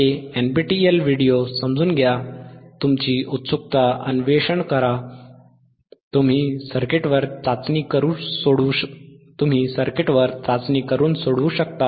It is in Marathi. हे NPTEL व्हिडिओ समजून घेऊन तुमची उत्सुकता अन्वेषण करा तुम्ही सर्किटवर चाचणी करून सोडवू शकता